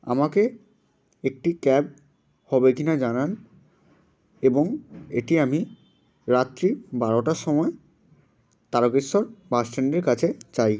আমাকে একটি ক্যাব হবে কি না জানান এবং এটি আমি রাত্রি বারোটার সময় তারকেশ্বর বাস স্ট্যান্ডের কাছে চাই